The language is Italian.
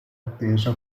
atteso